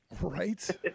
Right